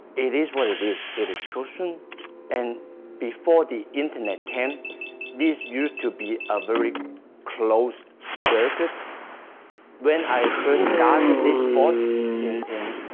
it is what it is. it is schutzhund and before the internet came this used to be a very closed circuit when i first started this sport in in